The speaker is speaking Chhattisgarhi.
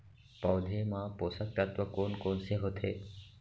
पौधे मा पोसक तत्व कोन कोन से होथे?